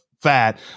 fat